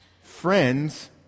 friends